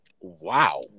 Wow